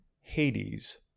Hades